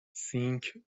سینک